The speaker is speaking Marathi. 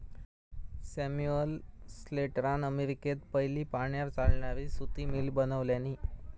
सैमुअल स्लेटरान अमेरिकेत पयली पाण्यार चालणारी सुती मिल बनवल्यानी